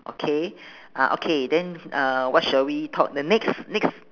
okay ah okay then uh what shall we talk the next next